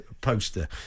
poster